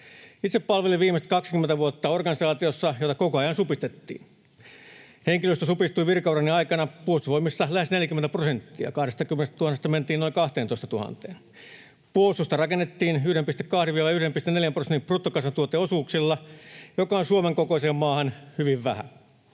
Itse palvelin viimeiset 20 vuotta organisaatiossa, jota koko ajan supistettiin. Henkilöstö supistui virkaurani aikana Puolustusvoimissa lähes 40 prosenttia: 20 000:sta mentiin noin 12 000:een. Puolustusta rakennettiin 1,2—1,4 prosentin bruttokansantuoteosuuksilla, mikä on Suomen kokoisessa maassa hyvin vähän,